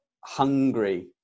hungry